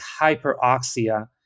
hyperoxia